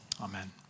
Amen